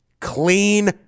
Clean